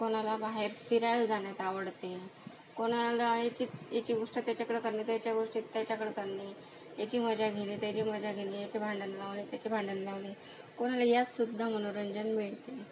कोणाला बाहेर फिरायला जाण्यात आवडते कोणाला याची याची गोष्ट त्याच्याकडं करणे त्याच्या गोष्टी त्याच्याकडे करणे याची मजा घेणे त्याची मजा घेणे याचे भांडण लावणे त्याचे भांडण लावणे कोणाला यातसुद्धा मनोरंजन मिळते